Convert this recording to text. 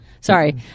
Sorry